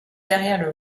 derrière